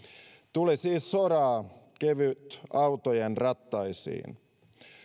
tuli siis soraa kevytautojen rattaisiin